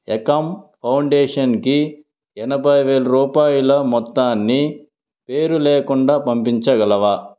ఏకమ్ ఫౌండేషన్కి ఎనభై వేలు రూపాయల మొత్తాన్ని పేరు లేకుండా పంపించగలవా